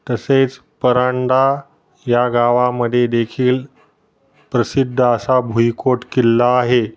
तसेच परांडा या गावामध्ये देेखील प्रसिद्ध असा भुईकोट किल्ला आहे